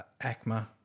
ACMA